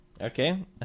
Okay